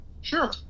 Sure